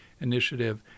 initiative